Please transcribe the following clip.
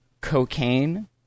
cocaine